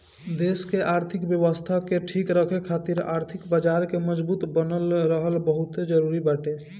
देस के आर्थिक व्यवस्था के ठीक राखे खातिर आर्थिक बाजार के मजबूत बनल रहल बहुते जरुरी बाटे